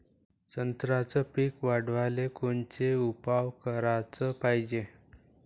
संत्र्याचं पीक वाढवाले कोनचे उपाव कराच पायजे?